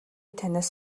танаас